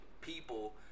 people